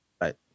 Right